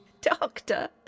Doctor